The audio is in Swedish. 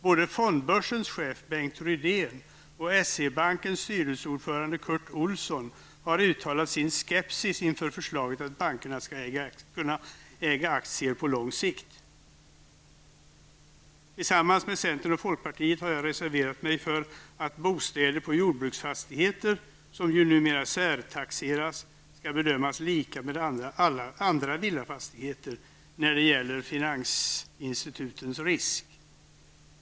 Både fondbörsens chef, Bengt Rydén, och S-E-Bankens styrelseordförande, Curt Olsson, har uttalat sin skepsis inför förslaget att bankerna skall kunna äga aktier på längre sikt. Jag har tillsammans med centern och folkpartiet reserverat mig för att bostäder på jordbruksfastigheter -- som ju numera särtaxeras -- skall bedömas lika med andra villafastigheter när det gäller finansinstitutens risk.